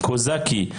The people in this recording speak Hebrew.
קוזקי,